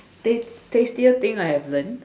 tast~ tastiest thing I have learned